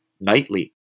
nightly